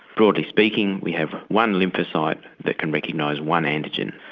broadly speaking, we have one lymphocyte that can recognise one antigen,